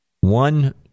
one